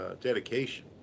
dedication